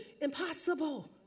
impossible